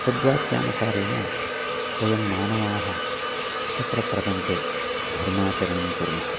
तद्वाक्यानुसारेन वयं मानवाः अत्र प्रपञ्चे धर्माचरणं कुर्मः